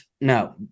no